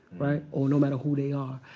right, or no matter who they are.